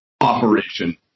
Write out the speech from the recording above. operation